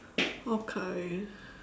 okay